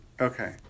okay